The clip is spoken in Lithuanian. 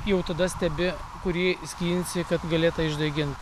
jau tada stebi kurį skinsi kad galėtai išdaigint